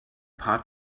paar